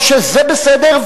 או שזה בסדר,